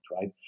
right